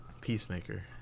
Peacemaker